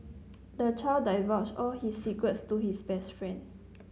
the child divulged all his secrets to his best friend